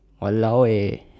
!walao! eh